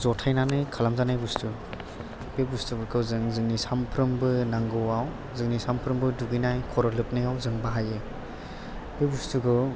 ज'थायनानै खालाम जानाय बुस्थु बे बुस्थुफोरखौ जों जोंंनि सानफ्रोमबो नांगौआव जोंनि सानफ्रोमबो दुगैनाय खर' लोबनायाव जों बाहायो बे बुस्थुखौ